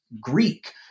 Greek